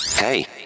Hey